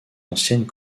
anciennes